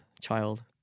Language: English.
child